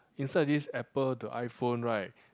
insert this apple to iPhone right